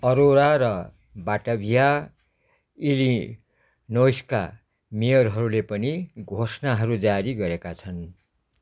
अरोरा र बटाभिया इलिनोइसका मेयरहरूले पनि घोषणाहरू जारी गरेका छन्